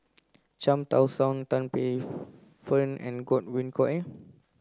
Cham Tao Soon Tan Paey Fern and Godwin Koay